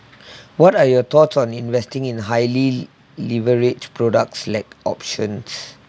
what are your thoughts on investing in highly leverage products like options